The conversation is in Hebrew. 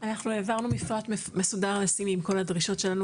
אנחנו העברנו מפרט מסודר ל'סימי' עם כל הדרישות שלנו